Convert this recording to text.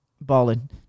Balling